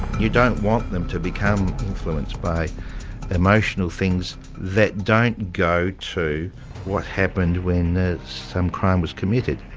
you don't want them to become influenced by emotional things that don't go to what happened when ah some crime was committed.